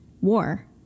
war